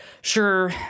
sure